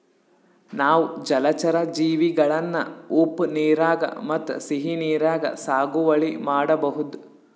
ನಾವ್ ಜಲಚರಾ ಜೀವಿಗಳನ್ನ ಉಪ್ಪ್ ನೀರಾಗ್ ಮತ್ತ್ ಸಿಹಿ ನೀರಾಗ್ ಸಾಗುವಳಿ ಮಾಡಬಹುದ್